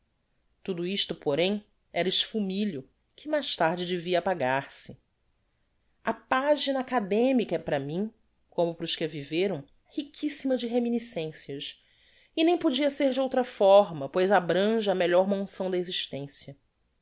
tudo isto porem era esfumilho que mais tarde devia apagar-se a pagina academica é para mim como para os que a viveram riquissima de reminiscencias e nem podia ser de outra fórma pois abrange a melhor monção da existencia